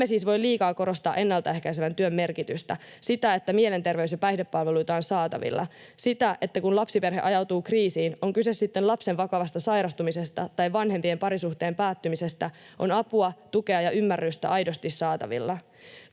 emme siis voi liikaa korostaa ennaltaehkäisevän työn merkitystä, sitä, että mielenterveys- ja päihdepalveluita on saatavilla, sitä, että kun lapsiperhe ajautuu kriisiin, on kyse sitten lapsen vakavasta sairastumisesta tai vanhempien parisuhteen päättymisestä, on apua, tukea ja ymmärrystä aidosti saatavilla.